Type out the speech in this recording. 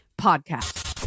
Podcast